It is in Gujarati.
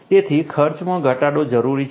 તેથી ખર્ચમાં ઘટાડો જરૂરી છે